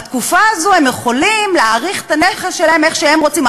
בתקופה הזו הם יכולים להעריך את הנכס שלהם איך שהם רוצים,